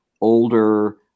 older